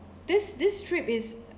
this this trip is